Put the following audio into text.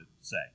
say